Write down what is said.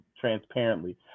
transparently